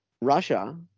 Russia